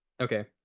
Okay